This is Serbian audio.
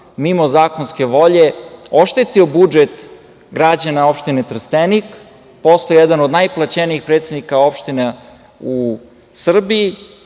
mimo zakonske volje, oštetio budžet građana opštine Trstenik, postao jedan od najplaćenijih predsednika opština u Srbiji,